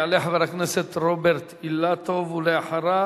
יעלה חבר הכנסת רוברט אילטוב, ואחריו,